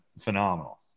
phenomenal